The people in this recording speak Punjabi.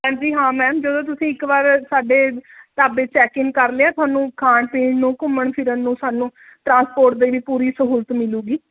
ਹਾਂਜੀ ਹਾਂ ਮੈਮ ਜਦੋਂ ਤੁਸੀਂ ਇੱਕ ਵਾਰ ਸਾਡੇ ਢਾਬੇ ਚੈਕਿੰਗ ਕਰ ਲਿਆ ਤੁਹਾਨੂੰ ਖਾਣ ਪੀਣ ਨੂੰ ਘੁੰਮਣ ਫਿਰਨ ਨੂੰ ਤੁਹਾਨੂੰ ਟ੍ਰਾਸਪੋਰਟ ਦੀ ਵੀ ਪੂਰੀ ਸਹੂਲਤ ਮਿਲੂਗੀ